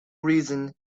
reason